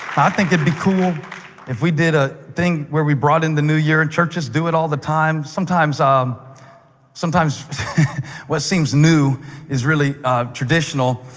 i think it would be cool if we did a thing where we brought in the new year. and churches do it all the time. sometimes um sometimes what seems new is really traditional.